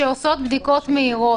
יש היום חברות שעושות בדיקות מהירות.